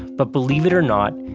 but believe it or not,